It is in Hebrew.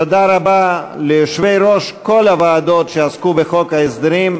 תודה רבה ליושבי-ראש כל הוועדות שעסקו בחוק ההסדרים,